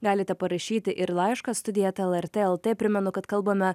galite parašyti ir laišką studija eta lrt lt primenu kad kalbame